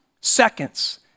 Seconds